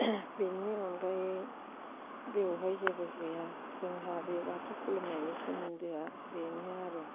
बेनि अनगायै बेवहाय जेबो गैया जोंहा बे बाथौ खुलुमनायनि सोमोन्दोआ बेनो आरो